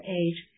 age